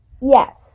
yes